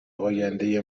آینده